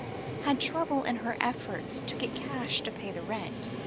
had trouble in her efforts to get cash to pay the rent